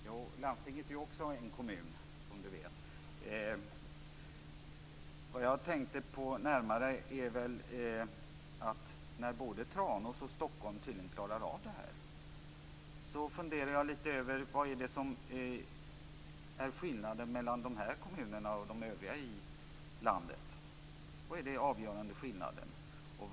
Fru talman! Landstinget är ju också en kommun, som du vet. Eftersom både Tranås och Stockholm tydligen klarar av detta, funderar jag lite över vad som är skillnaden mellan dessa kommuner och de övriga i landet. Vad är den avgörande skillnaden?